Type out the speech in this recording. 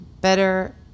better